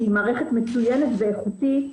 שהיא מערכת מצוינת ואיכותית,